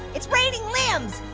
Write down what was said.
it's raining limbs.